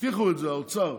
הבטיחו את זה, האוצר,